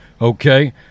Okay